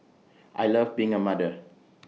I love being A mother